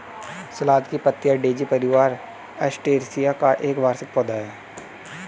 सलाद की पत्तियाँ डेज़ी परिवार, एस्टेरेसिया का एक वार्षिक पौधा है